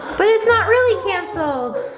but it's not really canceled.